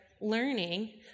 learning